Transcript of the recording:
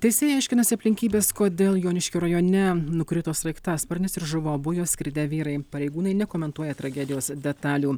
teisėjai aiškinasi aplinkybes kodėl joniškio rajone nukrito sraigtasparnis ir žuvo abu juo skridę vyrai pareigūnai nekomentuoja tragedijos detalių